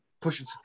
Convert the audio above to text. pushing